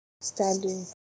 standing